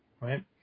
right